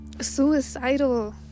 suicidal